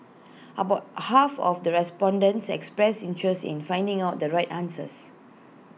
about half of the respondents expressed interests in finding out the right answers